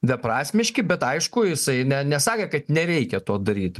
beprasmiški bet aišku jisai ne nesakė kad nereikia to daryt